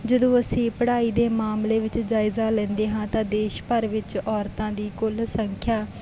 ਜਦੋਂ ਅਸੀਂ ਪੜ੍ਹਾਈ ਦੇ ਮਾਮਲੇ ਵਿੱਚ ਜਾਇਜ਼ਾ ਲੈਂਦੇ ਹਾਂ ਤਾਂ ਦੇਸ਼ ਭਰ ਵਿੱਚ ਔਰਤਾਂ ਦੀ ਕੁੱਲ ਸੰਖਿਆ